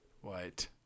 White